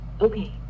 Okay